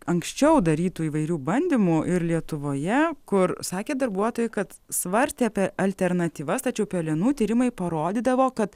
anksčiau darytų įvairių bandymų ir lietuvoje kur sakė darbuotojai kad svarstė apie alternatyvas tačiau pelenų tyrimai parodydavo kad